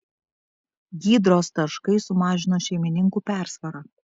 gydros taškai sumažino šeimininkų persvarą